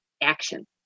action